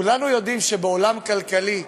כולנו יודעים שבעולם כלכלי,